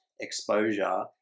exposure